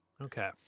Okay